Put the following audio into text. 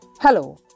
Hello